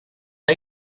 hay